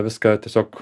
viską tiesiog